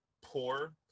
poor